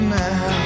now